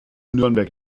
nürnberg